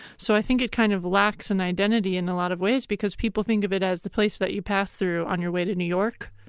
so i think it kind of lacks an identity in a lot of ways, because people think of it as the place that you pass through on your way to new york,